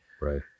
Right